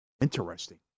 Interesting